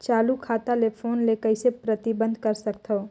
चालू खाता ले फोन ले कइसे प्रतिबंधित कर सकथव?